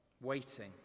waiting